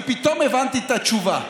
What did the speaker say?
ופתאום הבנתי את התשובה.